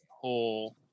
whole